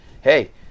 hey